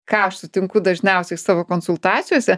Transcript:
ką aš sutinku dažniausiai savo konsultacijose